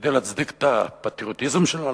כדי להצדיק את הפטריוטיזם שלנו,